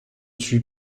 suis